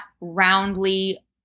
roundly